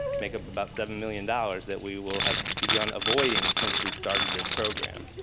make up about seven million dollars that we will have begun avoiding since we started this program.